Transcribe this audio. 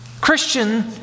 Christian